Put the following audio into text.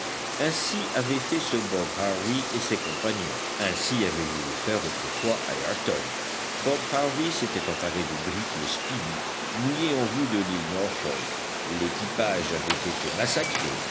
ainsi avait fait ce bob harvey et ses compagnons ainsi avait voulu faire autrefois ayrton bob harvey s'était emparé du brick le speedy mouillé en vue de l'île norfolk l'équipage avait été massacré